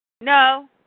No